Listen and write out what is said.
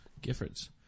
Giffords